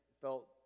felt